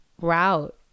route